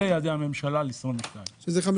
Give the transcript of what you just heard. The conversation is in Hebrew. אלה יעדי הממשלה ל-2022.